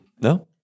No